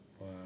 Wow